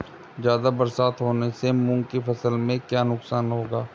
ज़्यादा बरसात होने से मूंग की फसल में क्या नुकसान होगा?